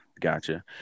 Gotcha